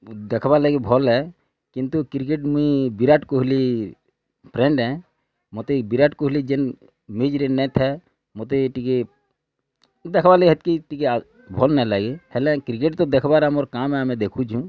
ଦେଖ୍ବା ଲାଗି ଭଲ୍ ଏ କିନ୍ତୁ କ୍ରିକେଟ୍ ମୁଇଁ ବିରାଟ୍ କୋହଲି ଫ୍ରେଣ୍ଡ୍ ଏ ମୋତେ ବିରାଟ୍ କୋହଲି ଯେନ୍ ମିଜ୍ରେ ନାଇଁଥାଏ ମୋତେ ଟିକେ ଦେଖ୍ବା ଲାଗି ହେତ୍କି ଟିକେ ଆର୍ ଭଲ୍ ନାଇଁ ଲାଗେ ହେଲେ କ୍ରିକେଟ୍ ତ ଦେଖ୍ବାର୍ ଆମର୍ କାମ୍ ଏ ଆମେ ଦେଖୁଚୁଁ